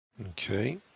Okay